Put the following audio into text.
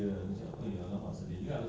tell me about the cash flow issue ah